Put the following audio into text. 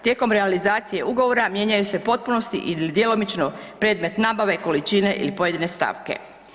Tijekom realizacije ugovora mijenjaju se u potpunosti ili djelomično predmet nabave, količine ili pojedine stavke.